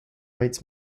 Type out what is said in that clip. rights